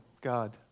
God